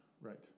right